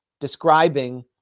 describing